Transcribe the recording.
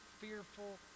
fearful